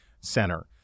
Center